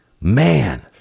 Man